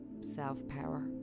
self-power